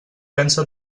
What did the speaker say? pensa